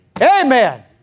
Amen